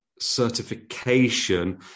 certification